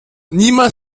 niemals